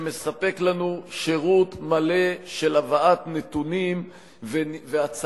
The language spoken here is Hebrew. שמספק לנו שירות מלא של הבאת נתונים והצגה